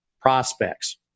prospects